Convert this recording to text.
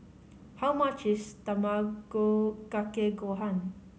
how much is Tamago Kake Gohan